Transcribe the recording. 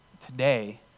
today